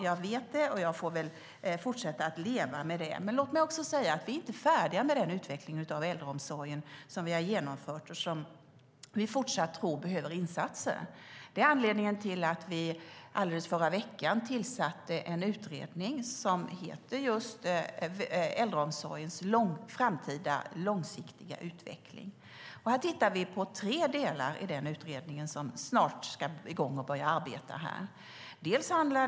Jag vet det, och jag får väl fortsätta leva med det. Låt mig också säga att vi inte är färdiga med den utveckling av äldreomsorgen som vi har genomfört och som vi tror behöver fortsatta insatser. Det är anledningen till att vi i förra veckan tillsatte en utredning som heter just Äldreomsorgens framtida långsiktiga utveckling. I utredningen som snart ska börja arbeta tittar vi på tre delar.